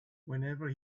whenever